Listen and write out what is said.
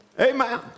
Amen